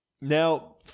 Now